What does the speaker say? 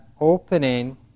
opening